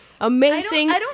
Amazing